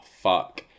fuck